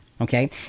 Okay